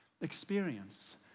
experience